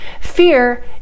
Fear